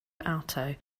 alto